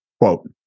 quote